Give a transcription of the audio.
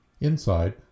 Inside